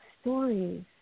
stories